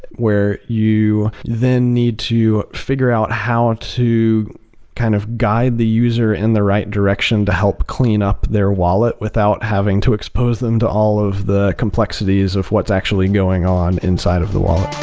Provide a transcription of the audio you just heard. where you then need to figure out how to kind of guide the user in the right direction to help clean up their wallet without having to expose them to all of the complexities of what's actually going on inside of the wallet.